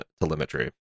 telemetry